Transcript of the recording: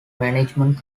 management